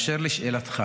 באשר לשאלתך